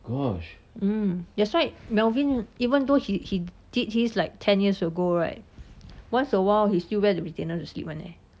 mm that's why melvin even though he he did he's like ten years ago right once a while he still wear the retainer to sleep [one] leh